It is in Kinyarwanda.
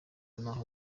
n’aho